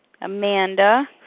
Amanda